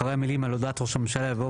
אחרי המילים על הודעת ראש הממשלה יבוא